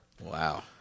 Wow